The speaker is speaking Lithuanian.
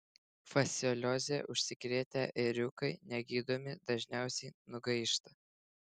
fasciolioze užsikrėtę ėriukai negydomi dažniausiai nugaišta